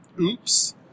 Oops